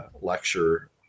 lecture